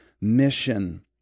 mission